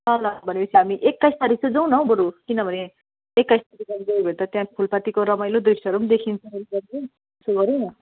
ल ल भनेपछि हामी एक्काइस तारिक चाहिँ जाउँ न हौ बरू किनभने एक्काइस तारिक गयो भने त त्यहाँ फुलपातीको रमाइलो दृश्यहरू पनि देखिन्छ त्यसो गरौँ न